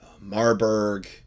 marburg